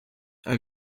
have